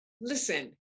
Listen